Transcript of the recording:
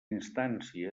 instància